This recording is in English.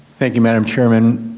thank you, madam chairman.